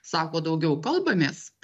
sako daugiau kalbamės